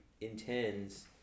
intends